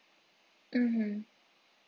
mmhmm